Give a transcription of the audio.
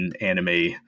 anime